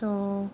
so